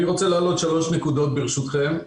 אני רוצה להעלות שלוש נקודות, ברשותכם.